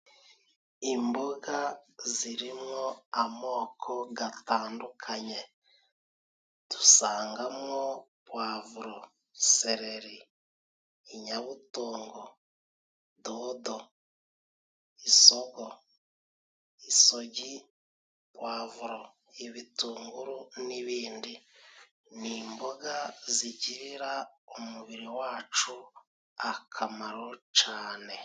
Imboga zirimwo amoko gatandukanye. Dusangamo puwavuro, seleri, inyabutongo, dodo, isogo, isogi puwavuro, ibitunguru n'ibindi. Ni imboga zigirira umubiri wacu akamaro cane.